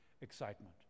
excitement